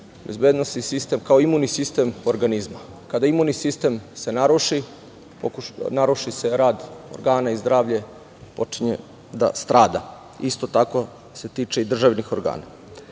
bezbednosni sistem kao imuni sistem organizma. Kada imuni sistem se naruši, naruši se rad organa i zdravlje počinje da strada, isto tako se tiče i državnih organa.Za